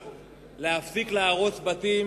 להפסיק להרוס בתים